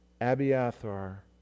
Abiathar